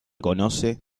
conoce